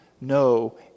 no